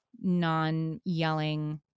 non-yelling